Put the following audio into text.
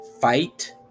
fight